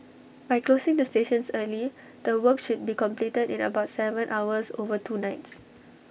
by closing the stations early the work should be completed in about Seven hours over two nights